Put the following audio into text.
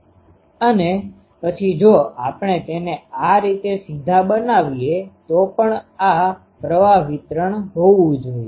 અને પછી જો આપણે તેને આ રીતે સીધા બનાવીએ તો પણ આ પ્રવાહ વિતરણ હોવું જોઈએ